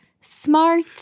smart